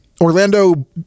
Orlando